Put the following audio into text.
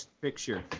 picture